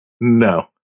No